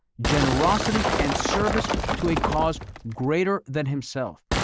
generosity and service to a cause greater than himself.